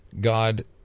God